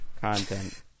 content